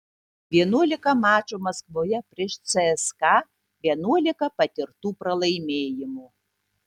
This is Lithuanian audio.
vienuolika mačų maskvoje prieš cska vienuolika patirtų pralaimėjimų